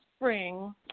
spring